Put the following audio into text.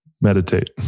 Meditate